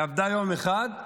היא עבדה יום אחד,